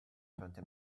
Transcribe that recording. twenty